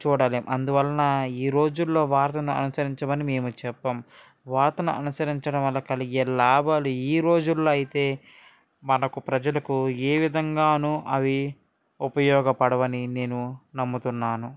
చూడలేం అందువలన ఈ రోజుల్లో వార్తలను అనుసరించమని మేము చెప్పం వార్తను అనుసరించడం వల్ల కలిగే లాభాలు ఈ రోజుల్లో అయితే మనకు ప్రజలకు ఏ విధంగానూ అవి ఉపయోగపడవని నేను నమ్ముతున్నాను